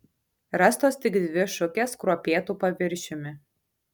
rastos tik dvi šukės kruopėtu paviršiumi